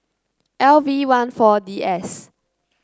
L V one four D S